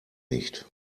nicht